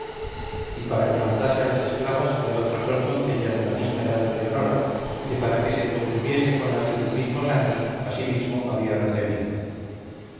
y para que mandase a las esclavas y a otras dos doncellas de la misma edad de leonora que para que se entretuviese con las de sus mismos años asimismo había recebido